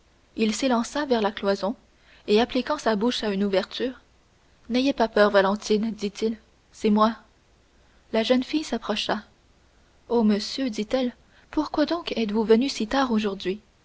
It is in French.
il s'élança vers la cloison et appliquant sa bouche à une ouverture n'ayez pas peur valentine dit-il c'est moi la jeune fille s'approcha oh monsieur dit-elle pourquoi donc êtes-vous venu si tard aujourd'hui